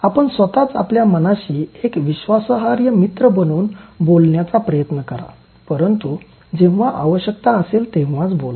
आपण स्वतच आपल्या मनाशी एक विश्वासार्ह मित्र बनून बोलण्याचा प्रयत्न करा परंतू जेव्हा आवश्यकता असेल तेव्हाच बोला